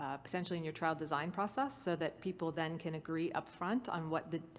ah potentially in your trial design process, so that people then can agree up front on what the.